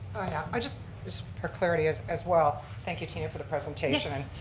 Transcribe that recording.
i just just for clarity as as well. thank you for the presentation,